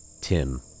Tim